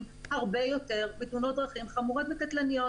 הרבה יותר בתאונות דרכים חמורות וקטלניות,